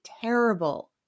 terrible